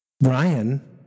Brian